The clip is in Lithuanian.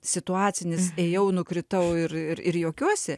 situacinis ėjau nukritau ir ir juokiuosi